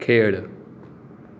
खेळ